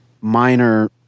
minor